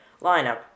lineup